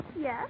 Yes